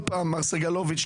מר סגלוביץ',